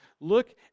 Look